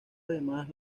además